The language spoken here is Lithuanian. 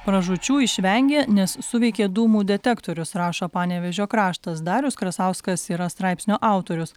pražūčių išvengė nes suveikė dūmų detektorius rašo panevėžio kraštas darius krasauskas yra straipsnio autorius